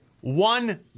One